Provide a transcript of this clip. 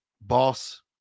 Boss